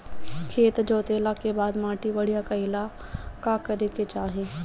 खेत जोतला के बाद माटी बढ़िया कइला ला का करे के चाही?